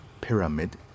pyramid